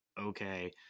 Okay